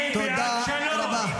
תודה רבה.